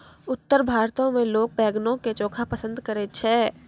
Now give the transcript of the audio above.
उत्तर भारतो मे लोक बैंगनो के चोखा पसंद करै छै